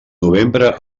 novembre